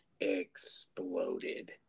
Exploded